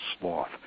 sloth